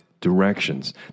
directions